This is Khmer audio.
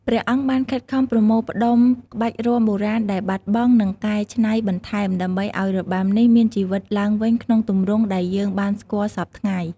ព្រះអង្គបានខិតខំប្រមូលផ្តុំក្បាច់រាំបុរាណដែលបាត់បង់ និងកែច្នៃបន្ថែម ដើម្បីឱ្យរបាំនេះមានជីវិតឡើងវិញក្នុងទម្រង់ដែលយើងបានស្គាល់សព្វថ្ងៃ។